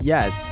Yes